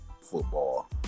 football